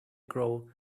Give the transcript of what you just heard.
grow